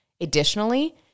Additionally